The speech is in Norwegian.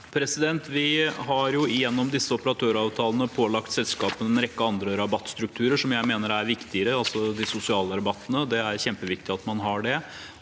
Vi har gjen- nom disse operatøravtalene pålagt selskapene en rekke andre rabattstrukturer som jeg mener er viktigere, altså de sosiale rabattene, og det er kjempeviktig at man har det.